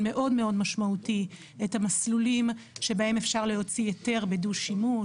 מאוד משמעותי את המסלולים שבהם אפשר להוציא היתר בדו-שימוש,